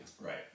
Right